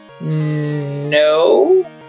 no